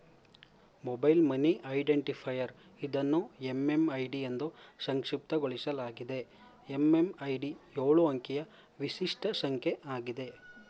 mobile money identifier ಇದನ್ನು MMID ಎಂದೂ ಸಂಕ್ಷಿಪ್ತಗೊಳಿಸಲಾಗಿದೆ ಎಂ.ಎಂ.ಐ.ಡಿ ಎಳು ಅಂಕಿಯ ವಿಶಿಷ್ಟ ಸಂಖ್ಯೆ ಆಗಿದೆ